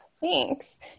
Thanks